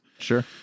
Sure